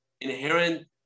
inherent